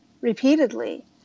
repeatedly